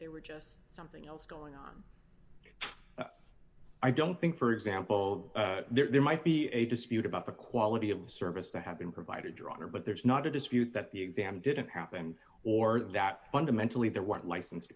they were just something else going on i don't think for example there might be a dispute about the quality of service that have been provided drawn or but there's not a dispute that the exam didn't happen or that fundamentally there weren't license